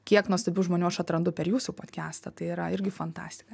kiek nuostabių žmonių aš atrandu per jūsų podcastą tai yra irgi fantastika